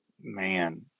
man